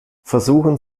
versuchen